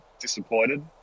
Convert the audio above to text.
disappointed